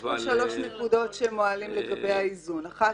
יש פה שלוש נקודות שהם מעלים לגבי האיזון: אחת,